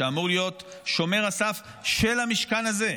שאמור להיות שומר הסף של המשכן הזה,